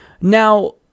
Now